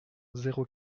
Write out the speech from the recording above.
zéro